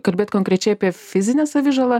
kalbėt konkrečiai apie fizinę savižalą